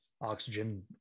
oxygen